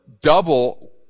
double